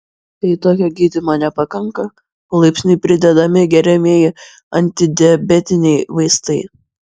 jei tokio gydymo nepakanka palaipsniui pridedami geriamieji antidiabetiniai vaistai